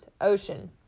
Ocean